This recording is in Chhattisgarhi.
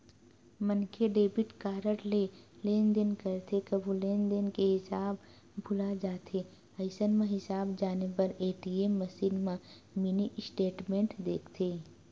मनखे डेबिट कारड ले लेनदेन करथे कभू लेनदेन के हिसाब भूला जाथे अइसन म हिसाब जाने बर ए.टी.एम मसीन म मिनी स्टेटमेंट देखथे